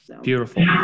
Beautiful